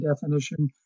definition